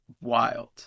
wild